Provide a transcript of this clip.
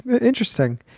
Interesting